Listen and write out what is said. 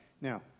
Now